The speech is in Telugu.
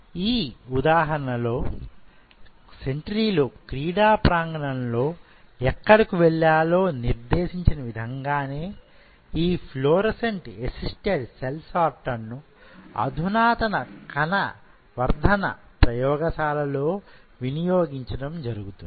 ఆ ఉదాహరణ లోని సెంట్రీ లు క్రీడా ప్రాంగణం లో ఎక్కడకు వెళ్ళాలో నిర్దేశించిన విధంగా గానే ఈ ఫ్లోరోసెంట్ అసిస్తడ్ సెల్ సార్టర్ ను అధునాతన కణ వర్ధన ప్రయోగశాలలో వినియోగించడం జరుగుతుంది